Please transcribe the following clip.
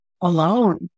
alone